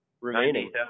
remaining